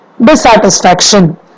dissatisfaction